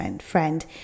friend